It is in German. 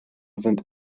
sind